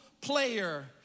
player